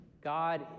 God